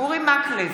אורי מקלב,